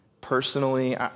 personally